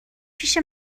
پیش